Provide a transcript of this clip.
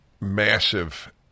massive